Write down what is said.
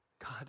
God